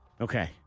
Okay